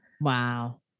Wow